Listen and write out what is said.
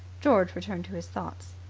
george returned to his thoughts.